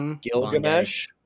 Gilgamesh